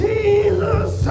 Jesus